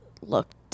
looked